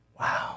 Wow